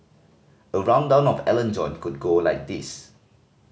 a rundown on Alan John could go like this